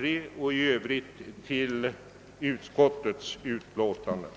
II och i övrigt till utskottets hemställan.